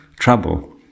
trouble